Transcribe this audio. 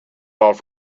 off